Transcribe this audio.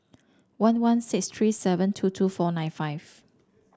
one one six three seven two two four nine five